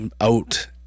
out